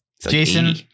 Jason